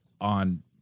on